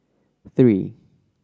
three